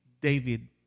David